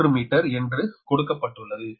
1 metre என்று கொடுக்கப்பட்டுள்ளது